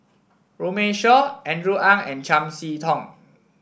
Runme Shaw Andrew Ang and Chiam See Tong